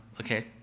Okay